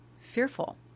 fearful